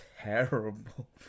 terrible